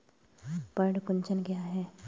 पर्ण कुंचन क्या है?